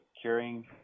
curing